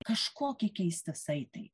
kažkoki keisti saitai